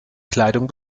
kleidung